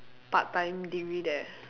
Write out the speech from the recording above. part-time degree there